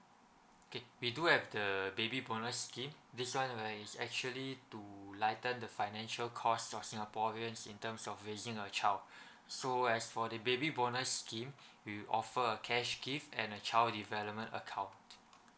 okay we do have the baby bonus scheme this [one] right is actually to lighten the financial cost of singaporeans in terms of raising a child so as for the baby bonus scheme we offer a cash gift and a child development account